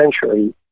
century